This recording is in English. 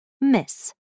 Miss